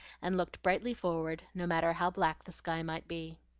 and looked brightly forward no matter how black the sky might be.